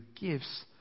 gifts